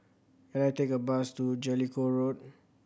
can I take a bus to Jellicoe Road